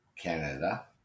Canada